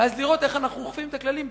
ואז לראות איך אנחנו אוכפים את הכללים,